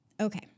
Okay